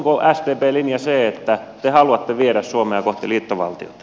onko sdpn linja se että te haluatte viedä suomea kohti liittovaltiota